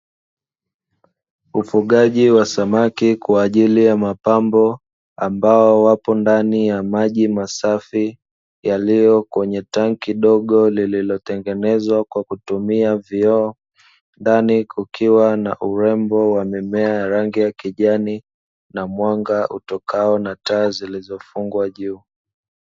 Ufugaji wa samaki kwa ajili ya mapambo, ambao wapo ndani ya maji masafi yaliyo kwenye tanki kidogo lililotengenezwa kwa kutumia vioo ndani kukiwa na urembo wa mimea rangi ya kijani na mwanga utokao na taa zilizofungwa juu.